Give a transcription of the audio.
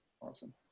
awesome